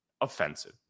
Offensive